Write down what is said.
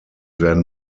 werden